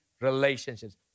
relationships